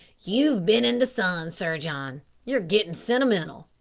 you've been in the sun, sir john you're getting sentimental,